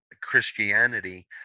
Christianity